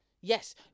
Yes